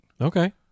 Okay